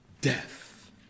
death